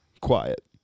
Quiet